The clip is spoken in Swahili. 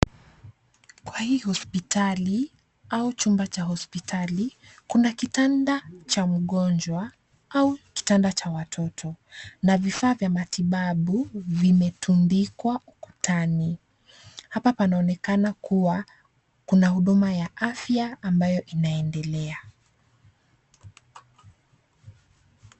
Katika hospitali au chumba cha hospitali kuna kitanda cha mgonjwa au kitanda cha watoto na vifaa vya matibabu vimetundikwa ukutani . Hapa panaonekana kuwa kuna huduma ya afya ambayo inaendelea.